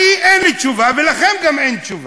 אין לי תשובה, ולכם גם אין תשובה.